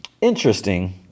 interesting